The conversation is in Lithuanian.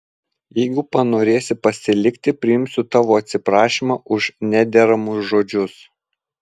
jeigu panorėsi pasilikti priimsiu tavo atsiprašymą už nederamus žodžius